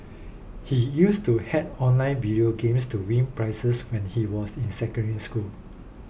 he used to hack online video games to win prizes when he was in Secondary School